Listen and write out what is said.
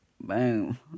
BOOM